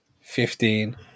fifteen